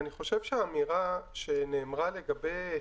אם לא